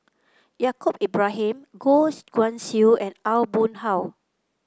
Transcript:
Yaacob Ibrahim Goh Guan Siew and Aw Boon Haw